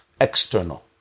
external